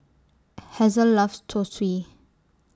Hazle loves Zosui